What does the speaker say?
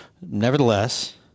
Nevertheless